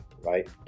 right